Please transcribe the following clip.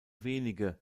wenige